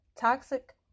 toxic